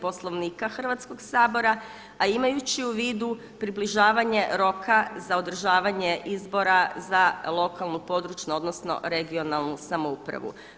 Poslovnika Hrvatskog sabora, a imajući u vidu približavanje roka za održavanje izbora za lokalnu, područnu odnosno regionalnu samoupravu.